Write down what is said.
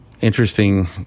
interesting